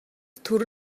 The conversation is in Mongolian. төр